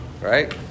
Right